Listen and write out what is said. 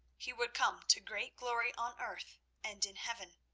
he would come to great glory on earth and in heaven.